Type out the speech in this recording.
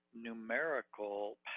numerical